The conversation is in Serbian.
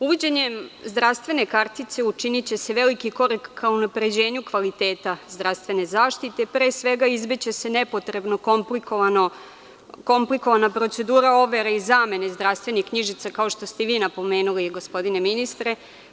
Uvođenjem zdravstvene kartice učiniće se veliki korak ka unapređenju kvaliteta zdravstvene zaštite, pre svega izbeći će se nepotrebna komplikovana procedura overe i zamene zdravstvenih knjižica, kao što ste i vi napomenuli, gospodine ministre.